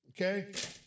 okay